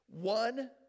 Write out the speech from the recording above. one